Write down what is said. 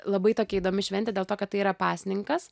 labai tokia įdomi šventė dėl to kad tai yra pasninkas